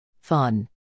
Fun